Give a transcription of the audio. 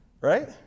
right